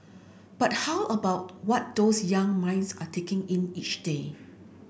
but how about what those young minds are taking in each day